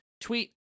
tweet